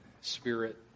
spirit